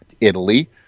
italy